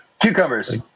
Cucumbers